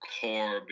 core